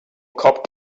cop